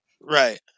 right